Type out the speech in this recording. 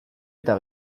eta